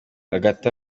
hagati